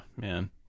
man